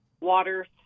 water